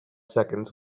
seconds